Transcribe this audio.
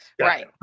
Right